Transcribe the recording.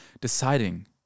deciding